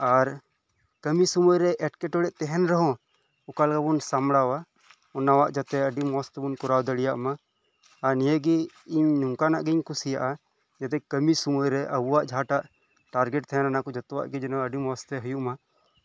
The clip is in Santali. ᱟᱨ ᱠᱟᱹᱢᱤ ᱥᱳᱢᱳᱭᱨᱮ ᱮᱸᱴᱠᱮᱴᱚᱲᱮ ᱛᱟᱦᱮᱱ ᱨᱮᱦᱚᱸ ᱚᱠᱟ ᱞᱮᱠᱟ ᱵᱚᱱ ᱥᱟᱸᱵᱽᱲᱟᱣᱟ ᱚᱱᱟ ᱡᱟᱛᱮ ᱟᱹᱰᱤ ᱢᱚᱸᱡᱽ ᱛᱮᱵᱚᱱ ᱠᱚᱨᱟᱣ ᱫᱟᱲᱮᱭᱟᱜᱼᱢᱟ ᱟᱨ ᱱᱤᱭᱟᱹ ᱜᱮ ᱤᱧ ᱱᱚᱝᱠᱟᱱᱟᱜ ᱜᱤᱧ ᱠᱩᱥᱤᱭᱟᱜᱼᱟ ᱡᱟᱛᱮ ᱠᱟᱹᱢᱤ ᱥᱳᱢᱳᱭᱨᱮ ᱟᱵᱚᱣᱟᱜ ᱡᱟᱦᱟᱸᱴᱟᱜ ᱴᱟᱨᱜᱮᱴ ᱛᱟᱦᱮᱱ ᱡᱷᱚᱛᱚᱣᱟᱜ ᱜᱮ ᱟᱹᱰᱤ ᱢᱚᱸᱡᱽᱛᱮ ᱦᱳᱭᱳᱜ ᱢᱟ